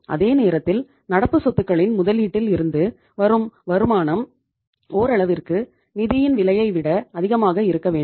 அதே நேரத்தில் நடப்பு சொத்துக்களின் முதலீட்டில் இருந்து வரும் வருமானம் ஓரளவிற்கு நிதியின் விலையை விட அதிகமாக இருக்க வேண்டும்